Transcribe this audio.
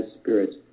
spirits